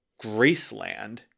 Graceland